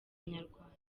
nyarwanda